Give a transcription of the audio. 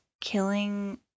Killing